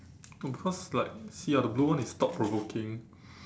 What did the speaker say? no because like you see ah the blue one is thought provoking